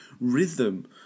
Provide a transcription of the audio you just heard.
rhythm